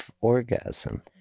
orgasm